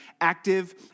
active